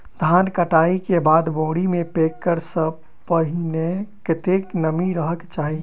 धान कटाई केँ बाद बोरी मे पैक करऽ सँ पहिने कत्ते नमी रहक चाहि?